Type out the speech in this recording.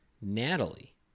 Natalie